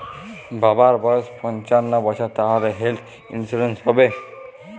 বাবার বয়স পঞ্চান্ন বছর তাহলে হেল্থ ইন্সুরেন্স হবে?